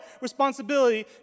responsibility